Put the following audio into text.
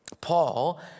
Paul